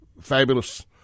fabulous